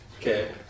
Okay